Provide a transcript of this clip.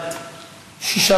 משיב,